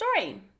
story